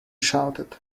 shouted